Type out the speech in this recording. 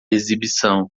exibição